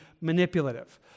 manipulative